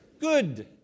good